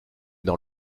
dans